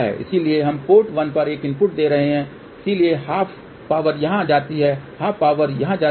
इसलिए हम पोर्ट 1 पर एक इनपुट दे रहे हैं इसलिए ½ पावर यहां जाती है ½ पावर यहां जाती है